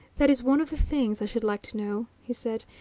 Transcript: that is one of the things i should like to know, he said,